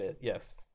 yes